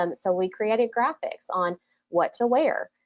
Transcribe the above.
um so we created graphics on what to wear.